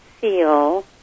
feel